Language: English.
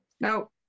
no